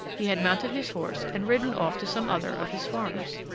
he had mounted his horse, and ridden off to some other of his farms.